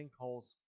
sinkholes